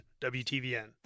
WTVN